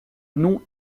non